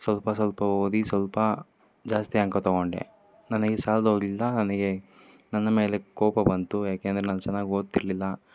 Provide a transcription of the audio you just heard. ಸ್ವಲ್ಪ ಸ್ವಲ್ಪ ಓದಿ ಸ್ವಲ್ಪ ಜಾಸ್ತಿ ಅಂಕ ತಗೊಂಡೆ ನನಗೆ ಸಾಲದವ್ರಿಂದ ನನಗೆ ನನ್ನ ಮೇಲೆ ಕೋಪ ಬಂತು ಯಾಕಂದ್ರೆ ನಾನು ಚೆನ್ನಾಗಿ ಓದ್ತಿರಲಿಲ್ಲ